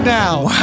now